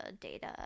data